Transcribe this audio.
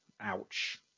Ouch